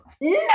No